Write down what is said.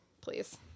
please